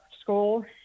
school